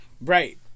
right